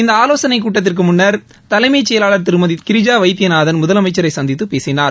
இந்த ஆலோசனை கூட்டத்திற்கு முன்னர் தலைமைச் செயலாளர் திருமதி கிரிஜா வைத்தியநாதன் முதலமைச்சரை சந்தித்துப் பேசினார்